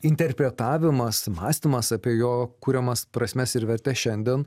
interpretavimas mąstymas apie jo kuriamas prasmes ir vertes šiandien